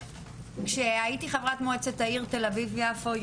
כשהייתי חברת מועצת העיר תל-אביב יפו,